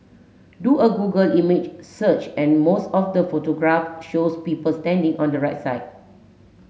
do a Google image search and most of the photograph shows people standing on the right side